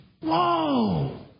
whoa